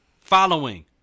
following